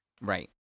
Right